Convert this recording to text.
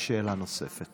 יש שאלה נוספת,